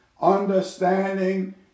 understanding